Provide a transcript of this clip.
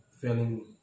feeling